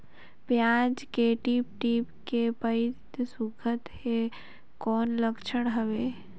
पियाज के टीप टीप के पतई सुखात हे कौन लक्षण हवे?